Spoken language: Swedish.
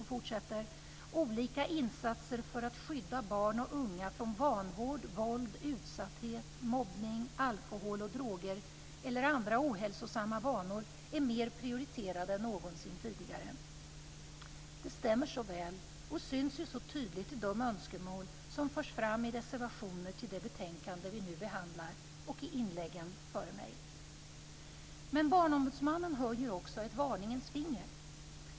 Hon fortsätter: "Olika insatser för att skydda barn och unga från vanvård, våld, utsatthet, mobbning, alkohol och droger eller andra ohälsosamma vanor är mer prioriterade än någonsin tidigare." Det stämmer så väl, och syns ju så tydligt i de önskemål som förs fram i reservationerna till det betänkande vi nu behandlar och i inläggen före mitt. Men Barnombudsmannen höjer också ett varningens finger.